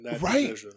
Right